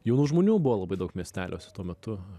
jaunų žmonių buvo labai daug miesteliuose tuo metu